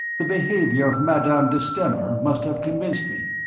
the behaviour of madame de stamer must have convinced me.